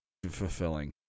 Fulfilling